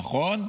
נכון,